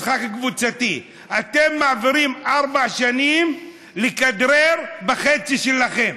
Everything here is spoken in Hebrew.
משחק קבוצתי: אתם מעבירים ארבע שנים בלכדרר בחצי שלכם.